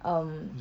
um